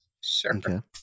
sure